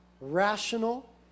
rational